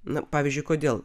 nu pavyzdžiui kodėl